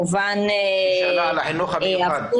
היא שאלה על החינוך המיוחד.